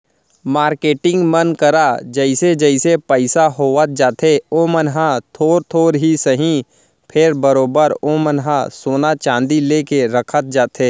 marketing मन करा जइसे जइसे पइसा होवत जाथे ओमन ह थोर थोर ही सही फेर बरोबर ओमन ह सोना चांदी लेके रखत जाथे